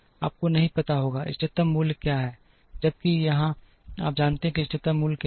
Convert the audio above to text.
आपको नहीं पता होगा कि इष्टतम मूल्य क्या है जबकि यहाँ आप जानते हैं कि इष्टतम मूल्य क्या है